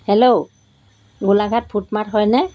hello Golaghat food mart হয়নে